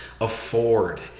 afford